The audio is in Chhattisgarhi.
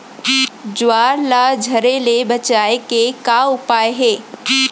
ज्वार ला झरे ले बचाए के का उपाय हे?